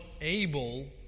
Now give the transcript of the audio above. able